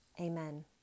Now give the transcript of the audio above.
amen